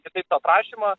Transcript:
kitaip to prašymo